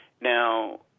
Now